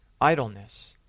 idleness